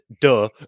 Duh